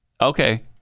Okay